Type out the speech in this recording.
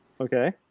Okay